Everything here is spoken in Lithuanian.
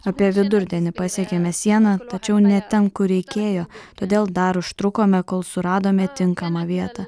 apie vidurdienį pasiekėme sieną tačiau ne ten kur reikėjo todėl dar užtrukome kol suradome tinkamą vietą